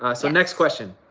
ah so next question.